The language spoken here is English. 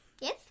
Yes